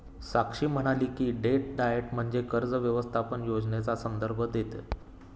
साक्षी म्हणाली की, debt diet म्हणजे कर्ज व्यवस्थापन योजनेचा संदर्भ देतं